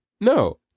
No